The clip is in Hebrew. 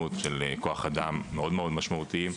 ישימות של כוח אדם מאוד מאוד משמעותיים.